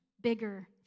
bigger